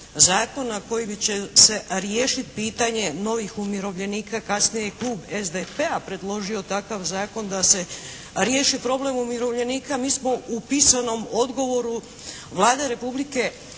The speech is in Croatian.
zakon na koji će se riješiti pitanje novih umirovljenika. Kasnije je Klub SDP-a predložio takav zakon da se riješi problem umirovljenika. Mi smo u pisanom odgovoru Vlade Republike